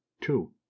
two